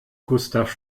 gustav